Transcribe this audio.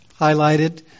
highlighted